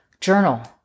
journal